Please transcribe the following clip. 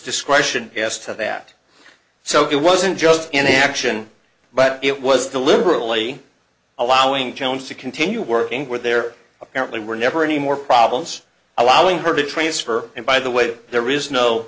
discretion yes to that so it wasn't just any action but it was deliberately allowing jones to continue working where there apparently were never any more problems allowing her to transfer and by the way there is no